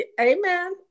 amen